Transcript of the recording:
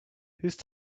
whose